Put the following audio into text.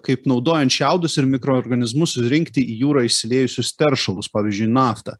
kaip naudojant šiaudus ir mikroorganizmus surinkti į jūrą išsiliejusius teršalus pavyzdžiui naftą